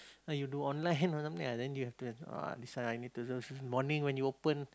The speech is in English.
or you do online or something ah then you have to ah this one I need to morning when you open